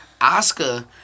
oscar